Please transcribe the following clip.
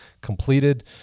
completed